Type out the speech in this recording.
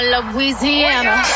Louisiana